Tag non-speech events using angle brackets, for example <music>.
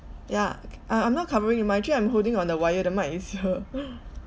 yeah yeah uh I'm not covering the mic I'm actually holding on the wire the mic is here <laughs>